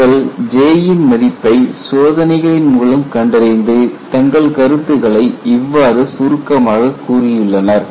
அவர்கள் J ன் மதிப்பை சோதனைகளின் மூலம் கண்டறிந்து தங்கள் கருத்துக்களை இவ்வாறு சுருக்கமாக கூறியுள்ளனர்